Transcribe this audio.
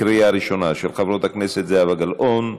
של חברות הכנסת זהבה גלאון,